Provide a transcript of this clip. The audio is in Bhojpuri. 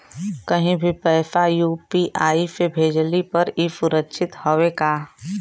कहि भी पैसा यू.पी.आई से भेजली पर ए सुरक्षित हवे का?